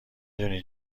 دونین